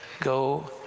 go,